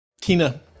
Tina